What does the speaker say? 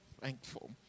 thankful